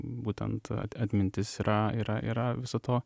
būtent atmintis yra yra yra viso to